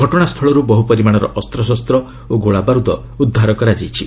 ଘଟଣାସ୍ଥଳରୁ ବହୁ ପରିମାଣର ଅସ୍ତ୍ରଶସ୍ତ ଓ ଗୋଳାବାରୁଦ ଉଦ୍ଧାର କରାଯାଇଛି